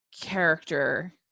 character